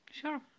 Sure